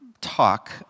talk